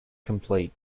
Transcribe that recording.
complete